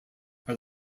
are